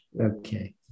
okay